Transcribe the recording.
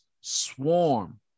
Swarm